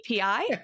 API